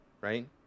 right